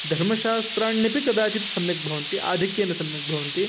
धर्मशास्त्राण्यपि कदाचित् सम्यक् भवन्ति आधिक्येन सम्यक् भवन्ति